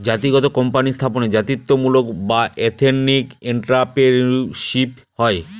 জাতিগত কোম্পানি স্থাপনে জাতিত্বমূলক বা এথেনিক এন্ট্রাপ্রেনিউরশিপ হয়